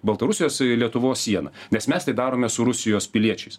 baltarusijos lietuvos sieną nes mes tai darome su rusijos piliečiais